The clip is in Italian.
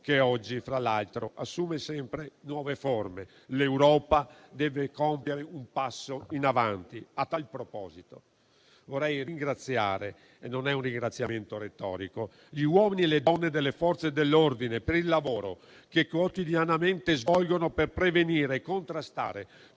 che oggi, fra l'altro, assume sempre nuove forme. L'Europa deve compiere un passo in avanti. A tal proposito, vorrei ringraziare - e non è un ringraziamento retorico - gli uomini e le donne delle Forze dell'ordine per il lavoro che quotidianamente svolgono per prevenire e contrastare